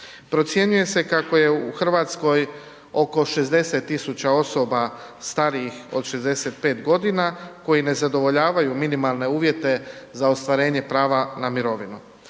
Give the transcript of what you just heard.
Procjenjuje se kako je u RH oko 60 000 osoba starijih od 65.g. koji ne zadovoljavaju minimalne uvjete za ostvarenje prava na mirovinu.